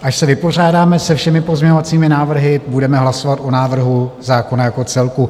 Až se vypořádáme se všemi pozměňovacími návrhy, budeme hlasovat o návrhu zákona jako celku.